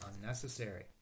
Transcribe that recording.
unnecessary